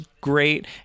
great